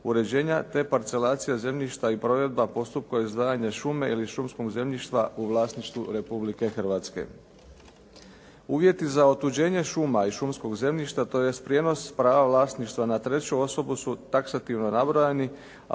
uređenja te parcelacija zemljišta i provedba postupka izdvajanja šume ili šumskog zemljišta u vlasništvu Republike Hrvatske. Uvjeti za otuđenje šuma i šumskog zemljišta, tj. prijenos prava vlasništva na treću osobu su taksativno nabrojani,